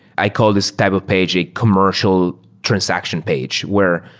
i call this type of page a commercial transaction page where,